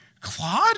Claude